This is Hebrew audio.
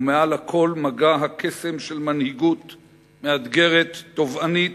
ומעל לכול מגע הקסם של מנהיגות מאתגרת, תובענית,